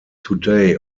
today